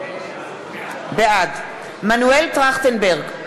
בעד מנואל טרכטנברג,